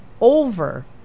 over